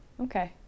Okay